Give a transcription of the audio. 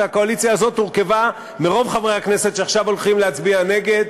והקואליציה הזאת הורכבה מרוב חברי הכנסת שעכשיו הולכים להצביע נגד.